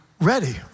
ready